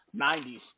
90s